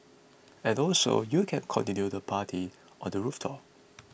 and also you can continue the party on the rooftop